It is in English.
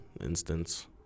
instance